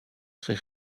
très